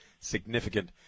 Significant